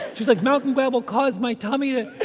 she was like, malcolm gladwell caused my tummy to. and